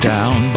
Down